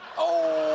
oh,